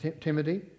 Timothy